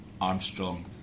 Armstrong